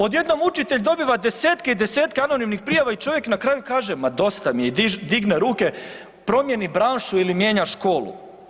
Odjednom učitelj dobiva desetke i desetke anonimnih prijava i čovjek na kraju kaže, ma dosta mi je i digne ruke, promijeni branšu ili mijenja školu.